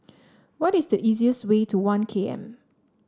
what is the easiest way to One K M